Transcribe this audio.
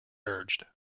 urged